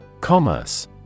Commerce